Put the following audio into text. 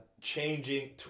changing